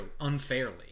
unfairly